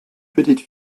petite